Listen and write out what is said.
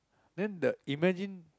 then the imagine